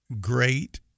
great